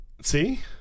See